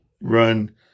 run